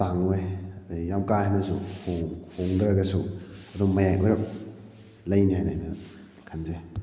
ꯇꯥꯡꯉꯣꯏ ꯑꯗꯒꯤ ꯌꯥꯝ ꯀꯥ ꯍꯦꯟꯅꯁꯨ ꯍꯣꯡꯗ꯭ꯔꯒꯁꯨ ꯑꯗꯨꯝ ꯃꯌꯥꯏ ꯑꯣꯏꯔꯞ ꯂꯩꯅꯤ ꯍꯥꯏꯅ ꯑꯩꯅ ꯈꯟꯖꯩ